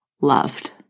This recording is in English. loved